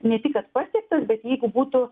ne tik kad pasiektas bet jeigu būtų